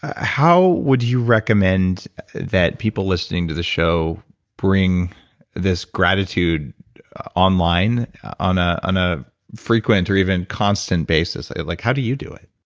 ah how would you recommend that people listening to this show bring this gratitude online, on ah on a frequent or even constant basis? like how do you do it?